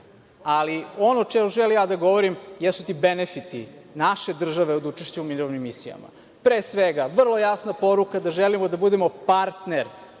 o čemu želim ja da govorim jesu ti benefiti naše države od učešća u mirovnim misijama. Pre svega, vrlo jasna poruka da želimo da budemo partner